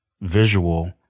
visual